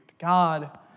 God